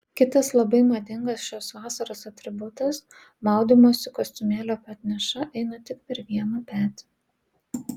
kitas labai madingas šios vasaros atributas maudymosi kostiumėlio petneša eina tik per vieną petį